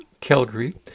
Calgary